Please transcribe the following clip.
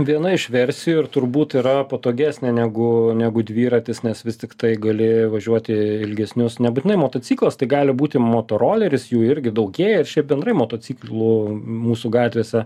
viena iš versijų ir turbūt yra patogesnė negu negu dviratis nes vis tiktai gali važiuoti ilgesnius nebūtinai motociklas tai gali būti motoroleris jų irgi daugėja ir šiaip bendrai motociklų mūsų gatvėse